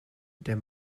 der